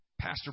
Pastor